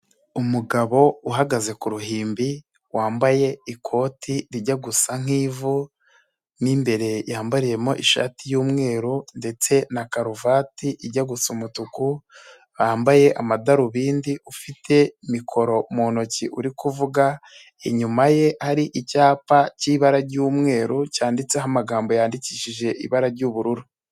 Umugabo uhagaze ku ruhimbi, wambaye ikoti rijya gusa nki'vu n'imbere yambariyemo ishati y'umweru ndetse na karuvati ijya gu gusa umutuku, wambaye amadarubindi ufite mikoro mu ntoki uri kuvuga, inyuma ye hari icyapa k'ibara ry'umweru cyanditseho amagambo yandikishije ibara ry'ubururu.